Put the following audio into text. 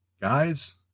guys